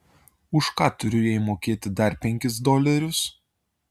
už ką turiu jai mokėt dar penkis dolerius